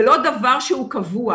זה לא דבר שהוא קבוע,